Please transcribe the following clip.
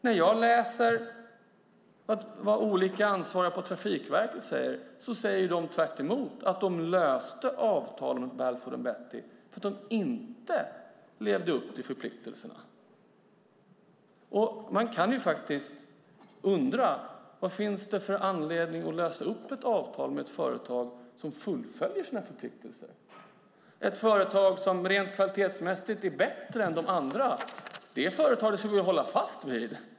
När jag läser vad olika ansvariga på Trafikverket säger så säger de tvärtemot: att de löste avtalen med Balfour Beatty Rail för att de inte levde upp till förpliktelserna. Man kan faktiskt undra vad det finns för anledning att lösa ett avtal med ett företag som fullföljer sina förpliktelser, ett företag som "rent kvalitetsmässigt" är bättre än de andra. Det företaget ska vi väl hålla fast vid.